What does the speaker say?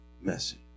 messy